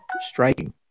striking